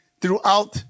throughout